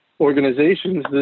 organizations